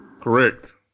Correct